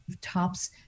tops